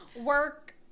work